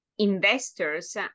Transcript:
investors